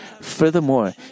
Furthermore